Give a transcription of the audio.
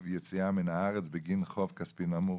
יציאה מן הארץ בגין חוב כספי נמוך),